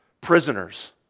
prisoners